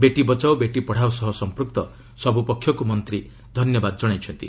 ବେଟି ବଚାଓ ବେଟି ପଡ଼ାଓ ସହ ସଂପୂକ୍ତ ସବ୍ର ପକ୍ଷକୁ ମନ୍ତ୍ରୀ ଧନ୍ୟବାଦ ଜଣାଇଛନ୍ତି